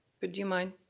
would you mind?